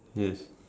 yes